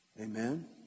Amen